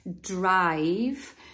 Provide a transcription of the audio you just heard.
drive